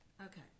Okay